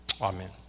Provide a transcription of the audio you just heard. Amen